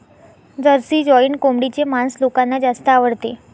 Jersey giant कोंबडीचे मांस लोकांना जास्त आवडते